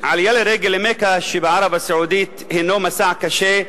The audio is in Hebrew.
העלייה לרגל למכה שבערב-הסעודית היא מסע קשה,